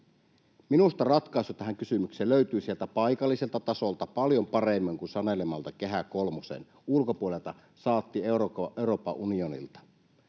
Minusta ratkaisu tähän kysymykseen löytyy sieltä paikalliselta tasolta paljon paremmin kuin sanelemalla Kehä kolmosen ulkopuolelta, saati Euroopan unionista.